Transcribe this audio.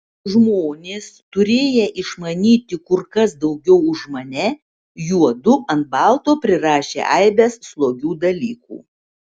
žmonės turėję išmanyti kur kas daugiau už mane juodu ant balto prirašė aibes slogių dalykų